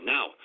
Now